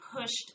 pushed